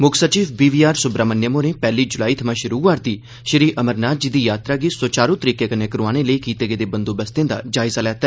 मुक्ख सचिव B V R Subrahmanyam होरें पैहली जुलाई थमां शुरु होआ'रदी श्री अमरनाथ जी दी यात्रा गी सुचारू तरीके कन्नै करोआने लेई कीते गेदे बंदोबस्तें दा जायजा लैता